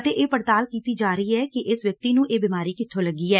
ਅਤੇ ਇਹ ਪੜਤਾਲ ਕੀਤੀ ਜਾ ਰਹੀ ਐ ਕਿ ਇਸ ਵਿਅਕਤੀ ਨੂੰ ਇਹ ਬਿਮਾਰੀ ਕਿੱਥੋਂ ਲੱਗੀ ਐ